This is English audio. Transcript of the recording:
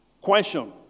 Question